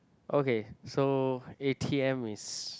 okay so a_t_m is